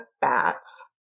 bats